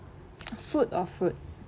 food or fruit